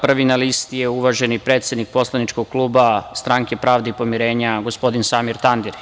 Prvi na listi je uvaženi predsednik poslaničkog kluba Stranke pravde i pomirenja, gospodin Samir Tandir.